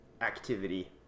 activity